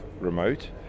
remote